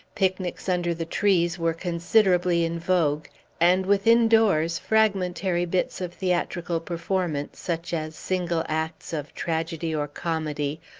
picnics under the trees were considerably in vogue and, within doors, fragmentary bits of theatrical performance, such as single acts of tragedy or comedy,